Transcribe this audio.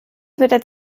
mit